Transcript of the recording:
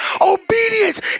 Obedience